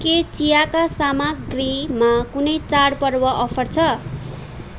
के चियाका सामग्रीमा कुनै चाडपर्व अफर छ